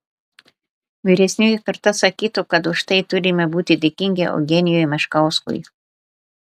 vyresnioji karta sakytų kad už tai turime būti dėkingi eugenijui meškauskui